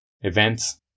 events